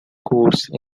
course